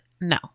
No